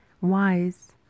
wise